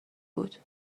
بود